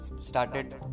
started